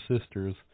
sisters